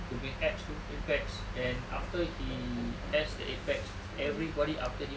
dia punya abs tu eight packs and after he has the eight packs everybody after him